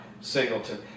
Singleton